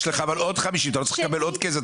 יש לך אבל עוד 50 אבל אתה לא צריך לקבל עוד כסף.